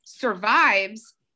survives